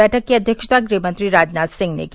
बैठक की अध्यक्षता गृहमंत्री राजनाथ सिंह ने की